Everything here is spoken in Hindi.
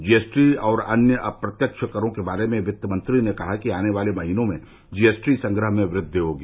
जीएसटी और अन्य अप्रत्यक्ष करों के बारे में वित्तमंत्री ने कहा कि आने वाले महीनों में जीएसटी संग्रह में वृद्धि होगी